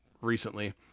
recently